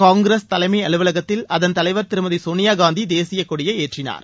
காங்கிரஸ் தலைமை அலுவலகத்தில் அதன் தலைவர் திருமதி சோனியாகாந்தி தேசியக்கொடியை ஏற்றினார்